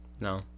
No